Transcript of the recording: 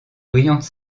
brillante